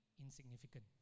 insignificant